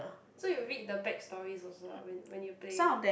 so you read the back stories also ah when you when you playing